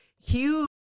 Huge